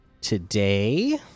today